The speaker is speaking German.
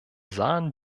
sahen